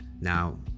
Now